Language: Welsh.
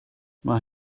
mae